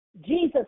Jesus